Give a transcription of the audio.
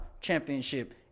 championship